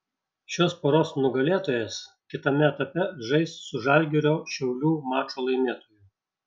šios poros nugalėtojas kitame etape žais su žalgirio šiaulių mačo laimėtoju